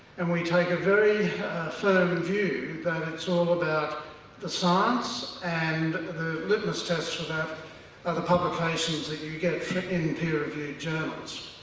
and we take a very firm view, that it's all about the science, and the litmus tests for that are the publications that you get in peer-reviewed journals.